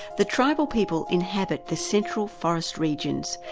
the tribal people inhabit the central forest regions,